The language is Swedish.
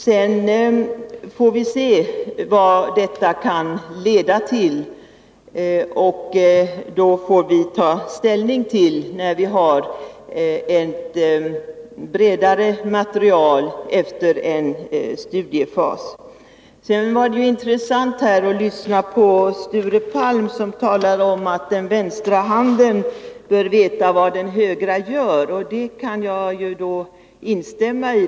Sedan får vi se vad detta kan leda till, och vi får ta ställning när vi har ett bredare material efter en studiefas. Det var intressant att här lyssna på Sture Palm, som talade om att den vänstra handen bör veta vad den högra gör. Det kan jag instämmaii.